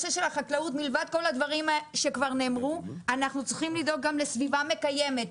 מלבד כל הדברים שכבר נאמרו אנחנו גם צריכים לדאוג לסביבה מקיימת.